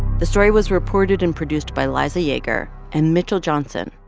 the story was reported and produced by liza yeager and mitchell johnson.